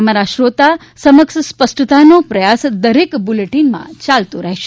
અમારા શ્રીતા સમક્ષ સ્પષ્ટતાનો પ્રયાસ દરેક બુલેટિન માં યાલતો રહેશે